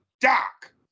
Doc